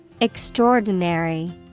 extraordinary